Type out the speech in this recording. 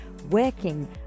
Working